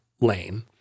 lane